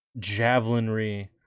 javelinry